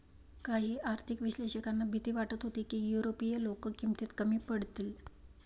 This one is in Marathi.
काही आर्थिक विश्लेषकांना भीती वाटत होती की युरोपीय लोक किमतीत कमी पडतील